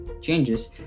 changes